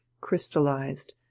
crystallized